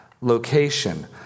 Location